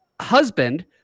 husband